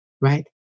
Right